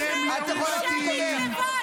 אתם לעומתיים.